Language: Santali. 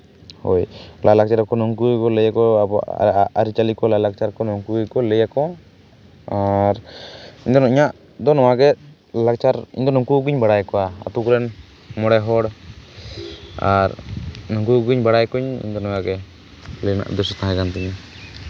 ᱦᱳᱭ ᱞᱟᱭᱼᱞᱟᱠᱪᱟᱨ ᱦᱚᱸᱠᱚ ᱱᱩᱝᱠᱩ ᱞᱟᱹᱭᱟ ᱠᱚ ᱟᱵᱚᱣᱟᱜ ᱟᱹᱨᱤᱪᱟᱹᱞᱤ ᱠᱚ ᱞᱟᱭᱼᱞᱟᱠᱪᱟᱨ ᱠᱚ ᱱᱩᱠᱩ ᱜᱮᱠᱚ ᱞᱟᱹᱭᱟ ᱠᱚ ᱟᱨ ᱤᱧᱟᱹᱜ ᱫᱚ ᱱᱚᱣᱟᱜᱮ ᱞᱟᱭᱼᱞᱟᱠᱪᱟᱨ ᱤᱧᱫᱚ ᱱᱩᱝᱠᱩ ᱠᱚᱜᱮᱧ ᱵᱟᱲᱟᱭ ᱠᱚᱣᱟ ᱟᱛᱳ ᱠᱚᱨᱮᱱ ᱢᱚᱬᱮ ᱦᱚᱲ ᱟᱨ ᱩᱱᱠᱩ ᱠᱚᱜᱮᱧ ᱵᱟᱲᱟᱭ ᱠᱚᱣᱟ ᱤᱧᱫᱚ ᱱᱚᱣᱟᱜᱮ ᱞᱟᱹᱭ ᱨᱮᱱᱟᱜ ᱫᱚ ᱛᱟᱦᱮᱸ ᱠᱟᱱ ᱛᱤᱧᱟᱹ